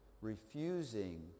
refusing